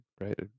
Right